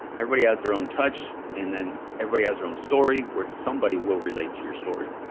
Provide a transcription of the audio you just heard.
everybody has their own touch. and then everybody has their own story where somebody will relate to your story.